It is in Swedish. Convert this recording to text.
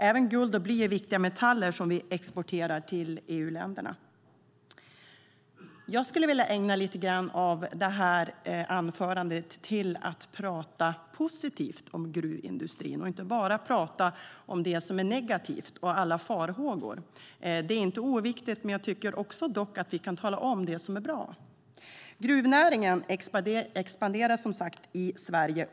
Även guld och bly är viktiga metaller som vi exporterar till EU-länderna. Jag skulle vilja ägna lite grann av det här anförandet åt att prata positivt om gruvindustrin och inte bara prata om det som är negativt och alla farhågor. Det är inte oviktigt, men jag tycker att vi också kan tala om det som är bra. Gruvnäringen expanderar som sagt i Sverige.